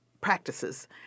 practices